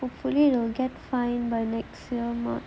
hopefully you will get fined by next year march